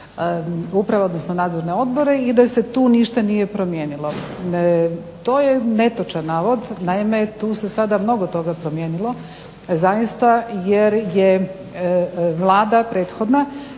uprava odnosno nadzorne odbore i da se tu ništa nije promijenilo. To je netočan navod. Naime, tu se sada mnogo toga promijenilo zaista jer je Vlada prethodna